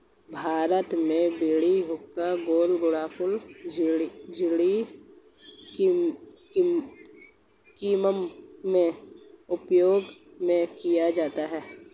भारत में बीड़ी हुक्का गुल गुड़ाकु जर्दा किमाम में उपयोग में किया जाता है